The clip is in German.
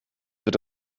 wird